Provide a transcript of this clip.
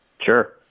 Sure